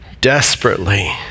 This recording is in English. desperately